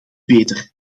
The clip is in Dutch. beter